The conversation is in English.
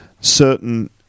certain